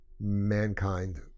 mankind